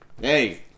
Hey